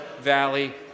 valley